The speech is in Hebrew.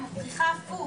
את מוכיחה הפוך.